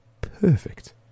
perfect